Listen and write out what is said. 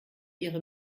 ihre